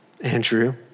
Andrew